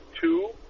two